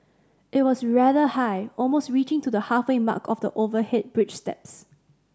it was rather high almost reaching to the halfway mark of the overhead bridge steps